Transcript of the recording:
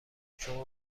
شما